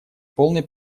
полной